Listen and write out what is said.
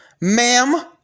ma'am